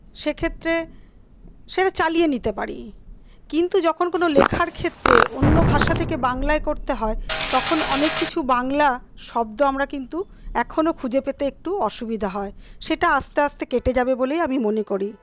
সেক্ষেত্রে সেটা চালিয়ে নিতে পারি কিন্তু যখন কোনো লেখার ক্ষেত্রে অন্য ভাষা থেকে বাংলায় করতে হয় তখন অনেক কিছু বাংলা শব্দ আমরা কিন্তু এখনও খুঁজে পেতে একটু অসুবিধা হয় সেটা আস্তে আস্তে কেটে যাবে বলেই আমি মনে করি